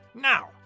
Now